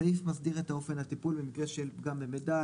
הסעיף מסדיר את אופן הטיפול במקרה של פגם במידע.